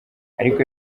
ariko